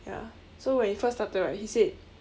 ya so when it first started right he said